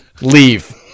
Leave